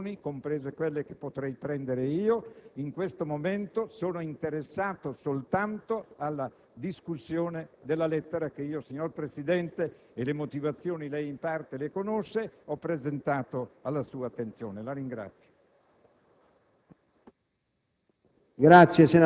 Sono indifferente alle decisioni, comprese quelle che potrei prendere io; in questo momento sono interessato soltanto alla discussione della lettera che io, signor Presidente (e le motivazioni in parte le conosce), ho sottoposto alla sua attenzione. **Sul